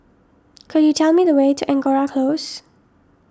could you tell me the way to Angora Close